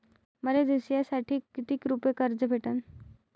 मले दसऱ्यासाठी कितीक रुपये कर्ज भेटन?